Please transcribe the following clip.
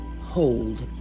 hold